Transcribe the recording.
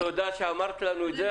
תודה שאמרת לנו את זה,